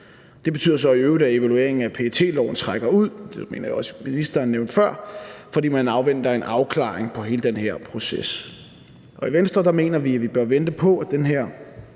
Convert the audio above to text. det mener jeg også at ministeren nævnte før – fordi man afventer en afklaring af hele den her proces. I Venstre mener vi, at vi bør vente på, at den her